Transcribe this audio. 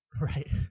Right